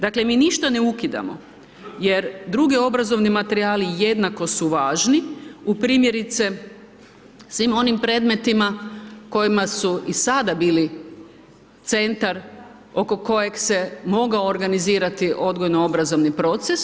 Dakle mi ništa ne ukidamo jer drugi obrazovni materijali jednako su važni u primjerice svim onim predmetima kojima su i sada bili centar oko kojeg se mogao organizirati odgojno obrazovni proces.